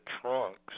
trunks